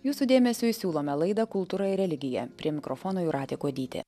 jūsų dėmesiui siūlome laidą kultūra ir religija prie mikrofono jūratė kuodytė